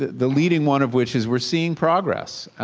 the leading one of which is we are seeing progress.